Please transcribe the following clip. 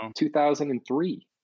2003